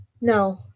No